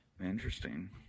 Interesting